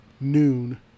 noon